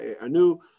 anew